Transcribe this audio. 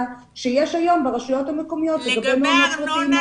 שיש היום ברשויות המקומיות לגבי מעונות פרטיים.